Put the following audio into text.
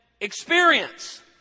Experience